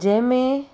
जंहिंमें